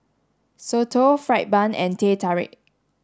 Soto fried bun and Teh Tarik